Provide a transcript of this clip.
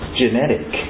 genetic